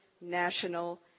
national